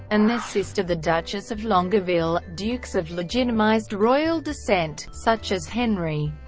and their sister the duchess of longueville dukes of legitimised royal descent, such as henri,